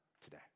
today